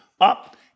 up